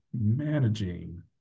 managing